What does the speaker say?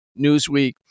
Newsweek